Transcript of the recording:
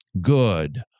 good